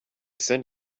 send